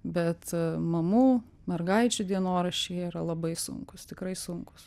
bet mamų mergaičių dienoraščiai jie yra labai sunkūs tikrai sunkus